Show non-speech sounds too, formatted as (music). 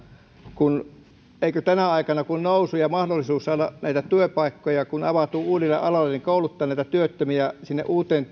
eikö tänä aikana kun on nousu ja mahdollisuus saada näitä työpaikkoja joita avautuu uusille aloille pitäisi kouluttaa näitä työttömiä sinne uuteen (unintelligible)